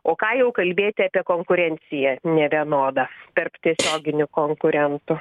o ką jau kalbėti apie konkurenciją nevienodą tarp tiesioginių konkurentų